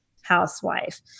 housewife